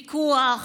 פיקוח,